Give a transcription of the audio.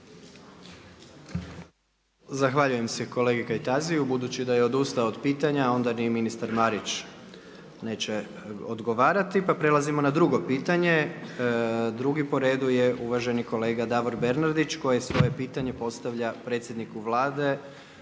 Zahvaljujem se kolegi Kajtaziju, budući da je odustao od pitanja, onda ni ministar Marić, neće odgovarati, pa prelazimo na drugo pitanje. Drugi po redu je uvaženi kolega Davor Bernardić, koji svoje pitanje postavlja predsjedniku Vlade,